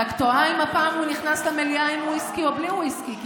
חבר הכנסת אמסלם, החוצה.